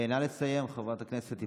נא לסיים, חברת הכנסת יפעת שאשא ביטון.